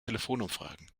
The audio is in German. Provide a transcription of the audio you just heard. telefonumfragen